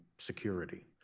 security